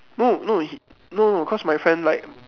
no no he no no cause my friend like